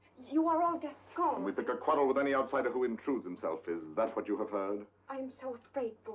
you are all gascon we pick a quarrel with any outsider who intrudes himself. is that what you have heard? i'm so afraid